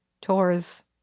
tours